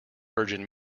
virgin